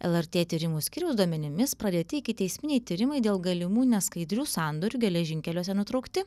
lrt tyrimų skyriaus duomenimis pradėti ikiteisminiai tyrimai dėl galimų neskaidrių sandorių geležinkeliuose nutraukti